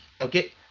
Okay